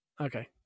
Okay